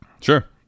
Sure